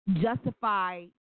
justify